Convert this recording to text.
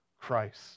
Christ